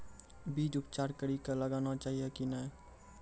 बीज उपचार कड़ी कऽ लगाना चाहिए कि नैय?